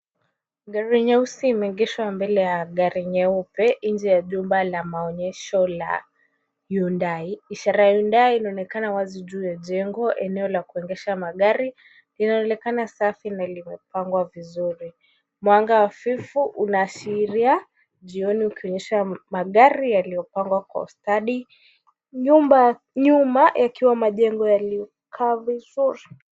Gari nyeusi imeegeshwa mbele ya gari nyeupe nje ya jumba la maonyesho la Hyundai. Ishara ya Hyundai inaonekana wazi juu ya jengo eneo la kuegesha magari, linaonekana safi na limepangwa vizuri. Mwanga hafifu unaashiria jioni ukionyesha magari yaliyopangwa kwa ustadi. Nyuma yakiwa majengo yaliyokaa vizuri.